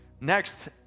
next